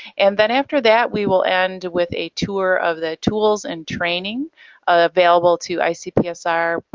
and then after that we will end with a tour of the tools and training available to icpsr,